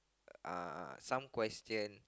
uh some question